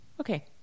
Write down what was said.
okay